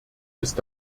ist